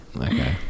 okay